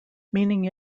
meaning